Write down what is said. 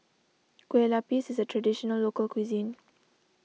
Kue Lupis is a Traditional Local Cuisine